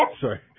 Sorry